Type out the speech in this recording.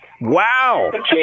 Wow